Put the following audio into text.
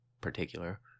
particular